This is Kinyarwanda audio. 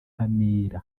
nkamira